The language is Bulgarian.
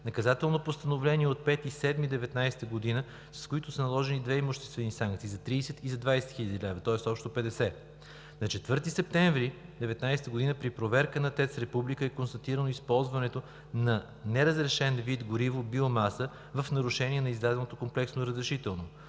Наказателно постановление от 05.07.2019 г., с което са наложени две имуществени санкции – за 30 хил. лв. и 20 хил. лв., тоест общо 50 хил. лв. На 4 септември 2019 г. при проверка на ТЕЦ „Република“ е констатирано използването на неразрешен вид гориво – биомаса, в нарушение на издаденото комплексно разрешително.